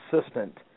assistant